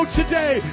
today